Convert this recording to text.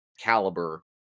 caliber